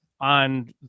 on